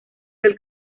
del